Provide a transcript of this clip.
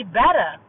better